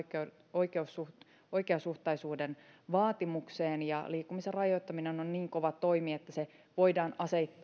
ja oikeasuhtaisuuden vaatimukseen ja liikkumisen rajoittaminen on niin kova toimi että se voidaan